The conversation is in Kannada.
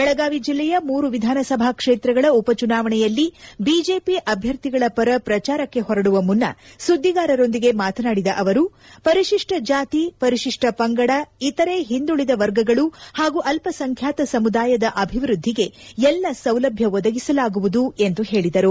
ಬೆಳಗಾವಿ ಜಿಲ್ಲೆಯ ಮೂರು ವಿಧಾನಸಭಾ ಕ್ಷೇತ್ರಗಳ ಉಪಚುನಾವಣೆಯಲ್ಲಿ ಬಿಜೆಪಿ ಅಭ್ಯರ್ಥಿಗಳ ಪರ ಪ್ರಚಾರಕ್ಷೆ ಹೊರಡುವ ಮುನ್ನ ಸುದ್ದಿಗಾರರೊಂದಿಗೆ ಮಾತನಾಡಿದ ಅವರು ಪರಿತಿಷ್ಟ ಜಾತಿ ಪರಿತಿಷ್ಟ ಪಂಗಡ ಇತರೆ ಹಿಂದುಳದ ವರ್ಗಗಳು ಹಾಗೂ ಅಲ್ಪಸಂಖ್ಯಾತ ಸಮುದಾಯದ ಅಭಿವೃದ್ದಿಗೆ ಎಲ್ಲ ಸೌಲಭ್ಯ ಒದಗಿಸಲಾಗುವುದು ಎಂದು ಹೇಳಿದರು